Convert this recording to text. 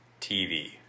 TV